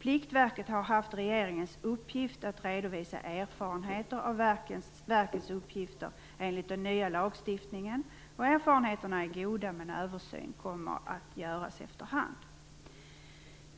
Regeringen har gett Pliktverket uppgiften att redovisa erfarenheter av verkets uppgifter enligt den nya lagstiftningen. Erfarenheterna är goda och en översyn kommer att göras efter hand.